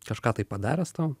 kažką tai padaręs tau